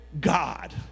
God